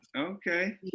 Okay